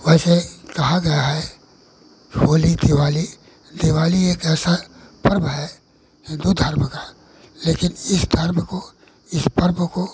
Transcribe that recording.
वैसे कहा गया है होली दिवाली दिवाली एक ऐसा पर्व है हिदू धर्म का लेकिन इस धर्म को इस पर्व को